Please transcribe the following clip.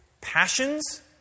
passions